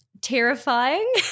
Terrifying